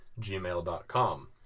gmail.com